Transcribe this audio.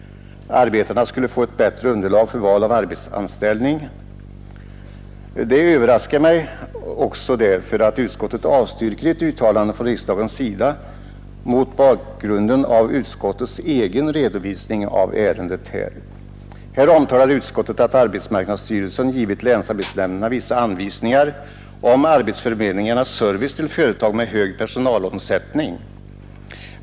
Arbetarna skulle få ett bättre underlag för val av arbetsanställning. Det överraskar mig därför att utskottet avstyrker ett uttalande från riksdagens sida mot bakgrunden av utskottets egen redovisning av ärendet. Utskottet omtalar att arbetsmarknadsstyrelsen givit länsarbetsnämnderna vissa anvisningar om arbetsförmedlingarnas service till företag med hög personalomsättning.